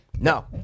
No